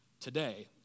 today